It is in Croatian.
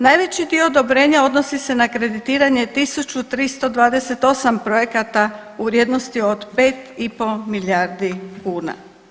Najveći dio odobrenja odnosi se na kreditiranje 1328 projekata u vrijednosti od 5,5 milijardi kuna.